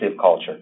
culture